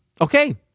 Okay